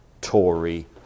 Tory